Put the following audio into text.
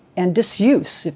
and disuse,